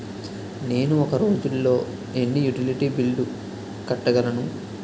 నేను ఒక రోజుల్లో ఎన్ని యుటిలిటీ బిల్లు కట్టగలను?